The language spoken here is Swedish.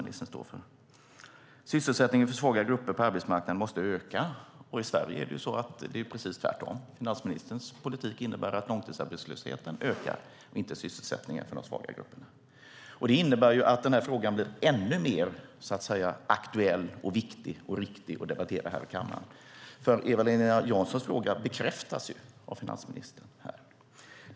Han säger också att sysselsättningen för svaga grupper måste öka. I Sverige är det precis tvärtom. Finansministerns politik innebär att långtidsarbetslösheten ökar, inte sysselsättningen för de svaga grupperna. Det innebär att denna fråga blir ännu mer aktuell, viktig och riktig att debattera här i kammaren. Eva-Lena Janssons fråga bekräftas av finansministern.